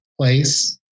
place